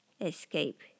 Escape